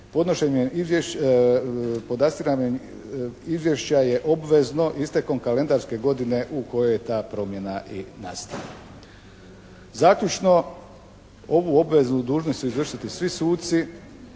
podastiranje izvješća je obvezno istekom kalendarske godine u kojoj je ta promjena i nastala. Zaključno ovu obvezu dužni su izvršiti svi suci